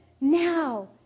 Now